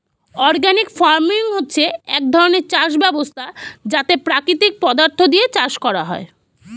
organic farming হচ্ছে এক ধরণের চাষ ব্যবস্থা যাতে প্রাকৃতিক পদার্থ দিয়ে চাষ করা হয়